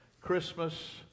Christmas